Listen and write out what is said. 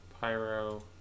Pyro